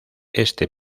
este